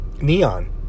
Neon